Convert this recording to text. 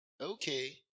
okay